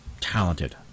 talented